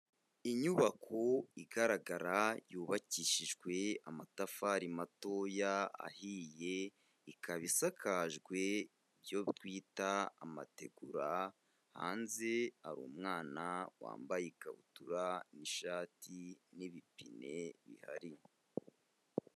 Inyubako igaragara yubakishijwe amatafari matoya ahiye, ikaba isakajwe ibyo twita amategura, hanze hari umwana wambaye ikabutura n'ishati, n'ibipine bihari.